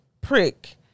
prick